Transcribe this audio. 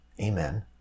Amen